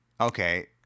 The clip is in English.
Okay